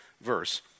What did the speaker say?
verse